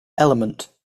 element